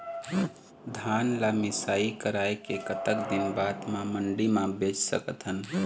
धान ला मिसाई कराए के कतक दिन बाद मा मंडी मा बेच सकथन?